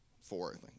Four